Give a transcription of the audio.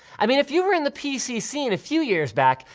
i mean if you were in the pc scene a few years back,